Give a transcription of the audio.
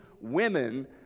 women